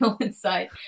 inside